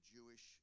Jewish